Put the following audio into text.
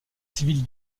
civil